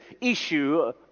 issue